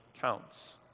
counts